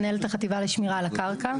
מנהלת החטיבה לשמירה על הקרקע.